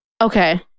Okay